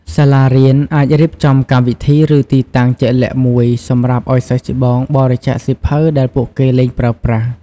សាលារៀនអាចរៀបចំកម្មវិធី ឬទីតាំងជាក់លាក់មួយសម្រាប់ឱ្យសិស្សច្បងបរិច្ចាគសៀវភៅដែលពួកគេលែងប្រើប្រាស់។